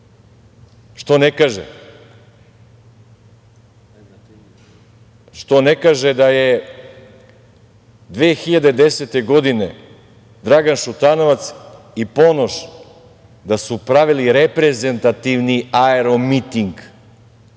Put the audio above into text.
što ne kaže, što ne kaže da je 2010. godine Dragan Šutanovac i Ponoš da su pravili reprezentativni aeromiting,